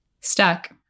Stuck